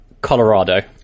colorado